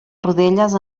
rodelles